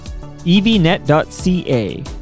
Evnet.ca